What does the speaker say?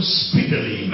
speedily